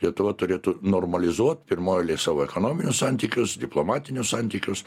lietuva turėtų normalizuot pirmoj eilėj savo ekonominius santykius diplomatinius santykius